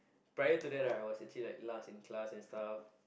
prior to that I was actually last in class and stuff